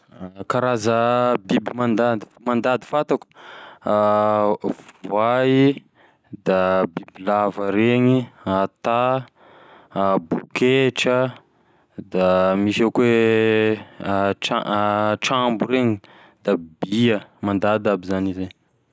Karaza biby mandandy mandady fantako: voay da bibilava regny, anta, a boketra, da misy avao koa e a tramb- trambo reny da bia mandady aby zany izay.